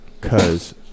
cause